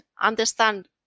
understand